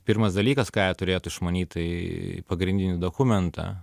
pirmas dalykas ką turėtų išmanyt tai pagrindinį dokumentą